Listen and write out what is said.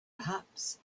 perhaps